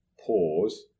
Pause